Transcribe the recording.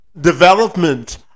development